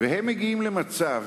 והם מגיעים למצב